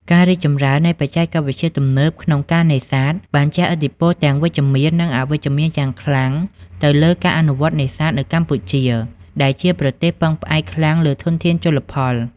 ការរីកចម្រើននៃបច្ចេកវិទ្យាទំនើបក្នុងការនេសាទបានជះឥទ្ធិពលទាំងវិជ្ជមាន និងអវិជ្ជមានយ៉ាងខ្លាំងទៅលើការអនុវត្តន៍នេសាទនៅកម្ពុជា ដែលជាប្រទេសពឹងផ្អែកខ្លាំងលើធនធានជលផល។